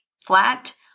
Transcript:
flat